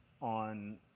on